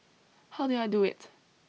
how did I do it